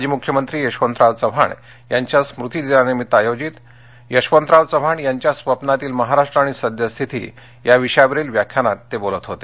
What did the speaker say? माजी मुख्यमंत्री यशवंतराव चव्हाणयांच्या स्मृतिदिना निमित्त आयोजित यशवंतराव चव्हाण यांच्या स्वप्नातील महाराष्ट्र आणिसद्यस्थिती या विषयावरील व्याख्यानात बोलत होते